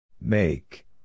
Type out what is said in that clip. Make